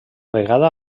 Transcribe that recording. vegada